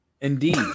Indeed